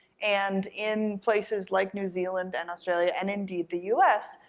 and in places like new zealand and australia, and indeed the u s,